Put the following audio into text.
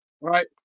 right